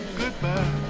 goodbye